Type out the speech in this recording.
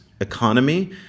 economy